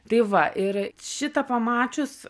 tai va ir šitą pamačius